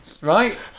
Right